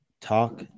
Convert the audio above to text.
talk